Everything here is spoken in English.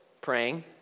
praying